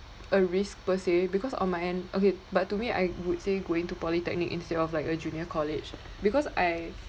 a risk per se because on my end okay but to me I would say going to polytechnic instead of like a junior college because I